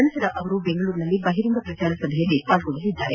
ನಂತರ ಅವರು ಬೆಂಗಳೂರಿನಲ್ಲಿ ಬಹಿರಂಗ ಪ್ರಚಾರ ಸಭೆಯಲ್ಲಿ ಭಾಗವಹಿಸಲಿದ್ದಾರೆ